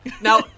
Now